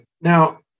now